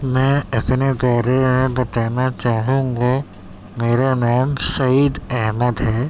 میں اپنے بارے میں بتانا چاہوں گا میرا نام سعید احمد ہے